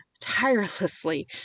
tirelessly